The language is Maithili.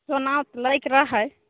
सोना लै के रहै